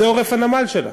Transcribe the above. זה עורף הנמל שלה.